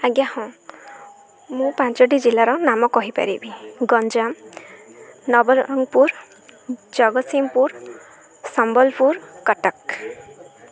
ଆଜ୍ଞା ହଁ ମୁଁ ପାଞ୍ଚଟି ଜିଲ୍ଲାର ନାମ କହିପାରିବି ଗଞ୍ଜାମ ନବରଙ୍ଗପୁର ଜଗତସିଂହପୁର ସମ୍ବଲପୁର କଟକ